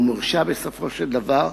ומורשע בסופו של דבר,